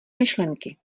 myšlenky